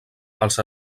els